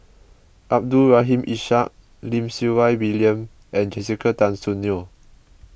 Abdul Rahim Ishak Lim Siew Wai William and Jessica Tan Soon Neo